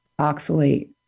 oxalate